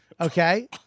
okay